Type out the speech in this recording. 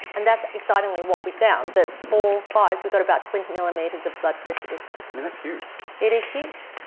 and that's excitingly what we found, that four fives, we got about twenty millimetres of blood pressure difference. that's huge. it is huge.